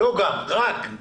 לא גם אלא רק.